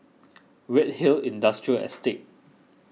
Redhill Industrial Estate